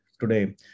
today